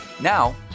Now